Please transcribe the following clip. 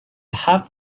have